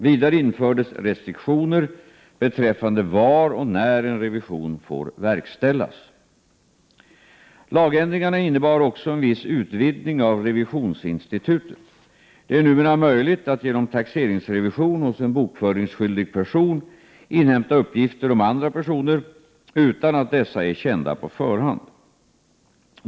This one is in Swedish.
Vidare infördes restriktioner beträffande var och när en revision får verkställas. Lagändringarna innebar också en viss utvidgning av revisionsinstitutet. Det är numera möjligt att genom taxeringsrevision hos en bokföringsskyldig person inhämta uppgifter om andra personer utan att dessa är kända på förhand.